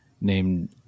named